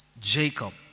Jacob